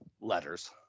letters